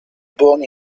born